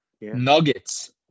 Nuggets